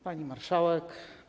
Pani Marszałek!